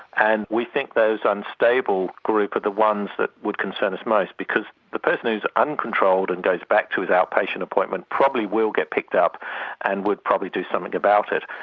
and we think that unstable group are the ones that would concern us most because the person who is uncontrolled and goes back to his outpatient appointment probably will get picked up and would probably do something about it.